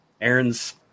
Aaron's